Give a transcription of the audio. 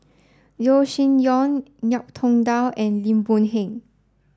Yeo Shih Yun Ngiam Tong Dow and Lim Boon Heng